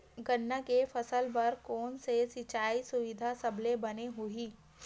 गन्ना के फसल बर कोन से सिचाई सुविधा सबले बने होही?